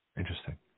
Interesting